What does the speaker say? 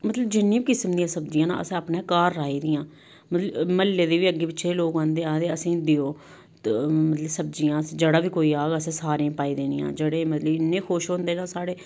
मतलब जिन्नी बी किसम दियां सब्जियां ना अस अपने घर राही दियां मतलब म्हल्ले दे बी अग्गें पिच्छें लोक आंदे आखदे असेंगी देओ ते मतलब सब्जियां अस जेह्ड़ा बी कोई आग असें सारें गी पाई देनियां जेह्ड़े मतलब कि इ'न्ने खुश होंदे ना साढ़े